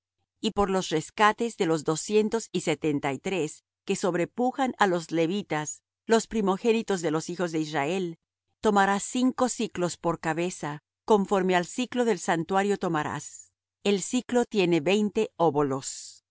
y por los rescates de los doscientos y setenta y tres que sobrepujan á los levitas los primogénitos de los hijos de israel tomarás cinco siclos por cabeza conforme al siclo del santuario tomarás el siclo tiene veinte óbolos